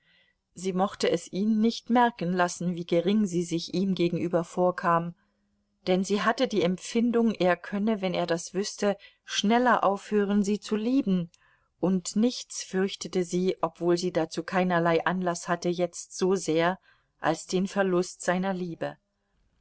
sie mochte es ihn nicht merken lassen wie gering sie sich ihm gegenüber vorkam denn sie hatte die empfindung er könne wenn er das wüßte schneller aufhören sie zu lieben und nichts fürchtete sie obwohl sie dazu keinerlei anlaß hatte jetzt so sehr als den verlust seiner liebe